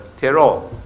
terror